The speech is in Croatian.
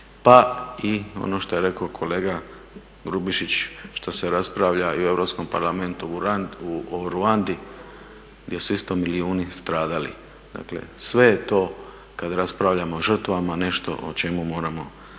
pa i ono što je rekao kolega Grubišić što se raspravlja i u Europskom parlamentu o Ruandi gdje su isto milijuni stradali. Dakle, sve je to kad raspravljamo o žrtvama nešto o čemu moramo